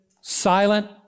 silent